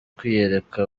kwiyereka